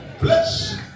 Bless